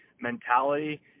mentality